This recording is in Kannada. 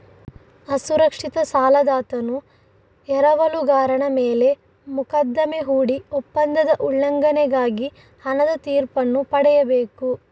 ಅಸುರಕ್ಷಿತ ಸಾಲದಾತನು ಎರವಲುಗಾರನ ಮೇಲೆ ಮೊಕದ್ದಮೆ ಹೂಡಿ ಒಪ್ಪಂದದ ಉಲ್ಲಂಘನೆಗಾಗಿ ಹಣದ ತೀರ್ಪನ್ನು ಪಡೆಯಬೇಕು